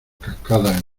cascadas